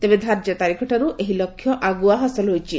ତେବେ ଧାର୍ଯ୍ୟ ତାରିଖ ଠାରୁ ଏହି ଲକ୍ଷ୍ୟ ଆଗୁଆ ହାସଲ ହୋଇଛି